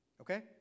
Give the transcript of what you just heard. Okay